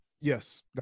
Yes